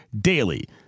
DAILY